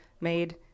made